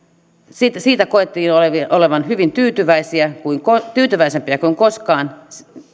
koettiin oltavan hyvin tyytyväisiä tyytyväisempiä kuin koskaan